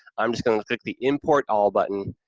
i'm just going to click the import all button,